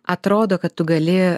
atrodo kad tu gali